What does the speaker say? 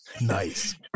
Nice